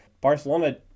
Barcelona